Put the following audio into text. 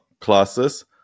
classes